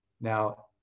Now